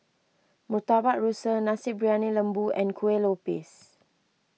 Murtabak Rusa Nasi Briyani Lembu and Kueh Lopes